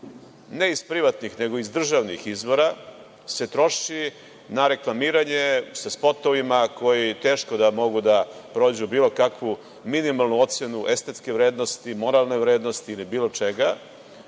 ne iz privatnih nego iz državnih izvora se troši na reklamiranje, na spotove koji teško da mogu da prođu bilo kakvu minimalnu ocenu estetske vrednosti, moralne vrednosti ili bilo čega